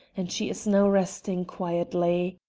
and she is now resting quietly.